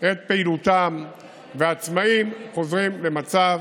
את פעילותם ועצמאים חוזרים למצב